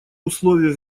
условий